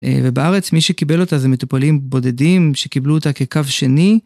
ובארץ מי שקיבל אותה זה מטופלים בודדים שקיבלו אותה כקו שני.